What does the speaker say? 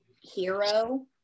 hero